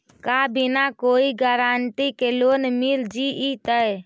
का बिना कोई गारंटी के लोन मिल जीईतै?